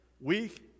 weak